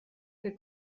que